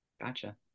Gotcha